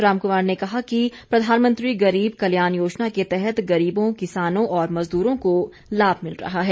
राम कुमार ने कहा कि प्रधानमंत्री गरीब कल्याण योजना के तहत गरीबों किसानों और मजदूरों को लाभ मिल रहा है